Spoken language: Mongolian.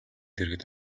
дэргэд